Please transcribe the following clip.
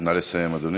אנא סיים, אדוני.